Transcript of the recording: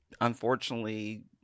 unfortunately